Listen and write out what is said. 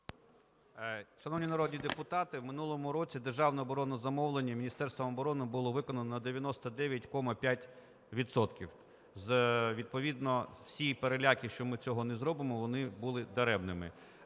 Шановні народні депутати, в минулому році державне оборонне замовлення Міністерством оборони було виконано на 99,5 відсотків. Відповідно, всі переляки, що ми цього не зробимо, вони були даремними.